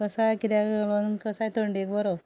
कसाय किद्याक लागोन कसाय थंडेक बरो